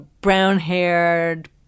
brown-haired